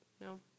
No